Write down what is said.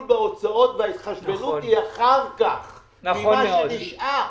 בהוצאות וההתחשבנות היא אחר כך ממה שנשאר.